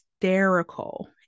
hysterical